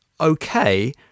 okay